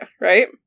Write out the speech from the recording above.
right